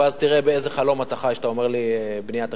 ואז תראה באיזה חלום אתה חי כשאתה אומר לי: בנייה תקציבית.